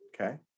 Okay